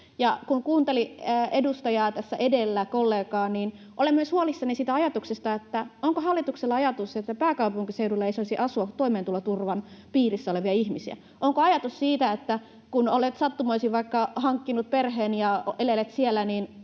Kun kuunteli edustajaa, kollegaa tässä edellä, niin olen myös huolissani siitä, onko hallituksella ajatus, että pääkaupunkiseudulla ei saisi asua toimeentuloturvan piirissä olevia ihmisiä. Onko ajatus se, että kun olet sattumoisin vaikka hankkinut perheen ja elelet siellä,